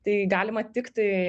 tai galima tiktai